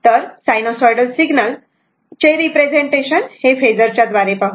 तर sinusoidal signal चे representation हे फेजर च्या द्वारे पाहू